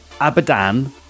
Abadan